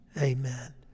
Amen